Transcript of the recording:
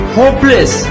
hopeless